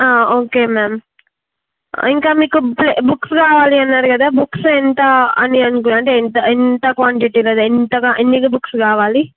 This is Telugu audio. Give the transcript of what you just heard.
ఓకే మ్యామ్ ఇంకా మీకు బ్ బుక్స్ కావాలి అన్నారు కదా బుక్స్ ఎంత అని అనుకు అంటే ఎంత ఎంత క్వాంటిటీ అనేది ఎంతగా ఎన్ని బుక్స్ కావాలి